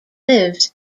lives